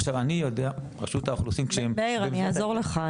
עכשיו אני יודע לגבי רשות האוכלוסין --- מאיר אני אעזור לך,